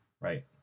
right